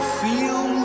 feel